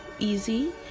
easy